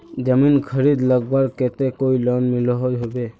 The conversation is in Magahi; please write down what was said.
जमीन खरीद लगवार केते कोई लोन मिलोहो होबे?